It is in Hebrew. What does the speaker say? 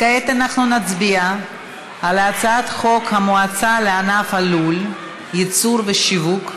כעת אנחנו נצביע על הצעת חוק המועצה לענף הלול (ייצור ושיווק)